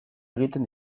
egiten